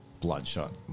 bloodshot